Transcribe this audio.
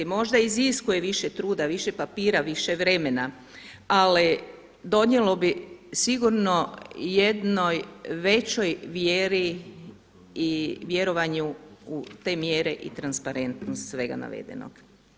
Možda iziskuje više truda, više papira, više vremena ali donijelo bi sigurno jednoj većoj vjeri i vjerovanju u te mjere i transparentnost svega navedenog.